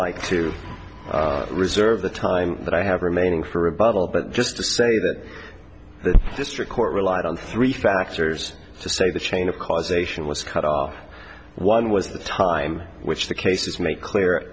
like to reserve the time that i have remaining for a bubble but just to say that the district court relied on three factors to say the chain of causation was cut off one was the time which the cases make clear